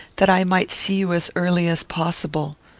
that i might see you as early as possible.